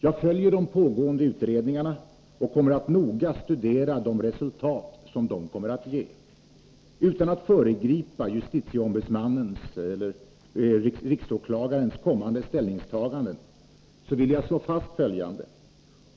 Jag följer de pågående utredningarna och kommer att noga studera de resultat som de kommer att ge. Utan att föregripa justitieombudsmannens eller riksåklagarens kommande ställningstaganden vill jag slå fast följande.